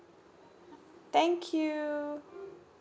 thank you